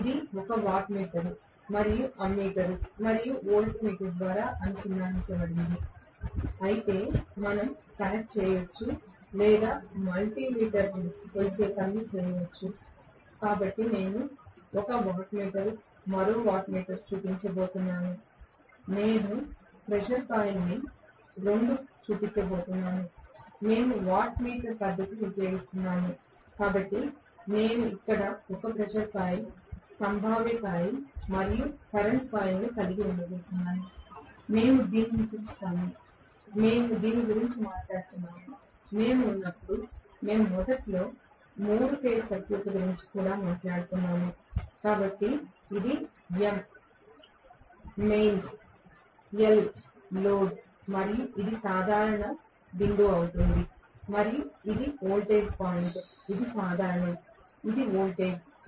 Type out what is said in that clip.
ఇప్పుడు ఇది వాట్మీటర్ మరియు అమ్మీటర్ మరియు వోల్టమీటర్ ద్వారా అనుసంధానించబడుతుంది అయితే మనం కనెక్ట్ చేయవచ్చు లేదా మల్టీ మీటర్ కొలిచే పనిని చేయవచ్చు కాబట్టి నేను ఒక వాట్మీటర్ మరో వాట్మీటర్ చూపించబోతున్నాను మరియు నేను ప్రెజర్ కాయిల్ రెండు చూపించబోతున్నాను మేము వాట్మీటర్ పద్ధతి ఉపయోగిస్తున్నాము కాబట్టి నేను ఇక్కడ 1 ప్రెజర్ కాయిల్ సంభావ్య కాయిల్ మరియు కరెంట్ కాయిల్ కలిగి ఉండబోతున్నాను మేము దీనిని పిలుస్తాము మేము దీని గురించి మాట్లాడుతున్నాము మేము ఉన్నప్పుడు మేము మొదట్లో 3 ఫేజ్ సర్క్యూట్ల గురించి కూడా మాట్లాడుతున్నాము కాబట్టి ఇది M మెయిన్స్ L లోడ్ మరియు ఇది సాధారణ బిందువు అవుతుంది మరియు ఇది వోల్టేజ్ పాయింట్ ఇది సాధారణం ఇది వోల్టేజ్